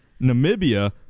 Namibia